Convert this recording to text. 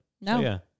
No